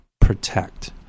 protect